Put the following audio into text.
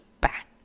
back